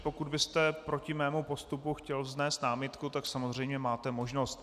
Pokud byste proti mému postupu chtěl vznést námitku, tak samozřejmě máte možnost.